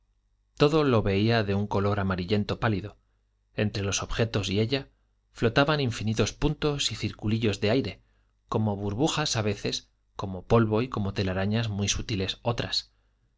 todo lo veía de un color amarillento pálido entre los objetos y ella flotaban infinitos puntos y circulillos de aire como burbujas a veces como polvo y como telarañas muy sutiles otras